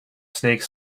snake